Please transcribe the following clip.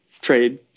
trade